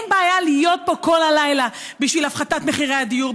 אין בעיה להיות פה כל הלילה בשביל הפחתת מחירי הדיור,